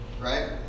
Right